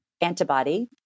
antibody